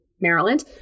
maryland